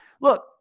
Look